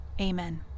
amen